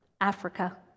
Africa